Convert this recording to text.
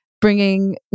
bringing